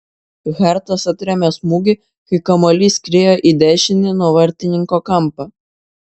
hartas atrėmė smūgį kai kamuolys skriejo į dešinį nuo vartininko kampą